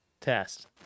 test